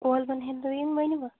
اولوَن ہِنٛدۍ ؤنۍوٕ